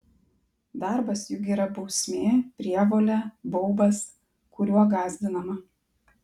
darbas juk yra bausmė prievolė baubas kuriuo gąsdinama